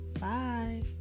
bye